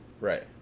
Right